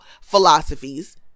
philosophies